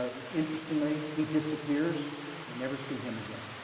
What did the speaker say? ah interestingly, he disappears. we never see him again.